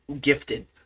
gifted